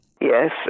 Yes